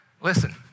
Listen